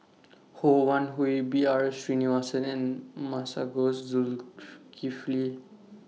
Ho Wan Hui B R Sreenivasan and Masagos